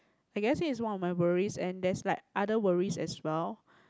I guess this is one of my worries and there's like other worries as well